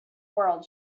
world